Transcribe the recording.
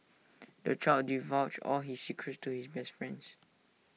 the child divulged all his secrets to his best friends